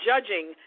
judging